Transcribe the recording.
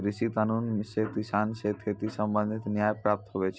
कृषि कानून से किसान से खेती संबंधित न्याय प्राप्त हुवै छै